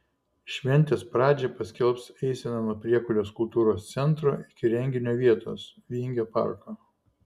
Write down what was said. šventės pradžią paskelbs eisena nuo priekulės kultūros centro iki renginio vietos vingio parko